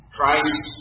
Christ